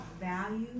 value